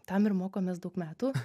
tam ir mokomės daug metų